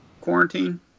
quarantine